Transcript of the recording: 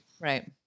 Right